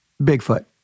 Bigfoot